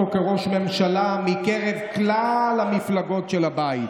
כראש ממשלה מקרב כלל המפלגות של הבית.